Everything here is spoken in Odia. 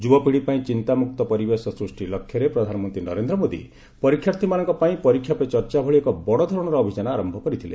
ଯୁବପିଢ଼ୀ ପାଇଁ ଚିନ୍ତାମୁକ୍ତ ପରିବେଶ ସୃଷ୍ଟି ଲକ୍ଷ୍ୟରେ ପ୍ରଧାନମନ୍ତ୍ରୀ ନରେନ୍ଦ୍ର ମୋଦି ପରୀକ୍ଷାର୍ଥୀମାନଙ୍କ ପାଇଁ ପରୀକ୍ଷା ପେ ଚର୍ଚ୍ଚା ଏକ ବଡଧରଣର ଅଭିଯାନ ଆରମ୍ଭ କରିଥିଲେ